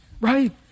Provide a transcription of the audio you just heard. right